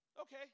Okay